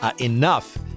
enough